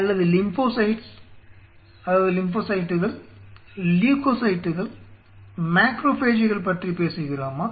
அல்லது லிம்போசைட்டுகள் லியுக்கோசைட்டுகள் மேக்ரோபேஜ்கள் பற்றி பேசுகிறோமா